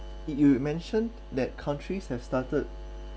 you you you mentioned that countries have started